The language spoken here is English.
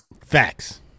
Facts